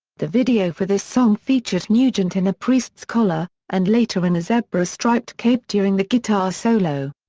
the video for this song featured nugent in a priest's collar, and later in a zebra-striped cape during the guitar solo.